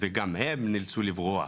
וגם הם נאצלו לברוח.